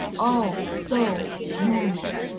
all so normal